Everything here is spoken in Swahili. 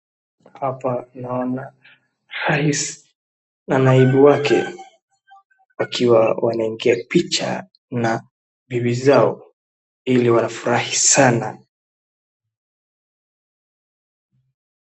Hapa naona Rais na naibu wake wakiwa waningia picha na bibi zao ili wanafurahi sana.